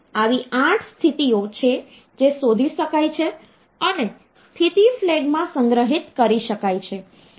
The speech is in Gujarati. તેથી આવી 8 સ્થિતિઓ છે જે શોધી શકાય છે અને સ્થિતિ ફ્લેગમાં સંગ્રહિત કરી શકાય છે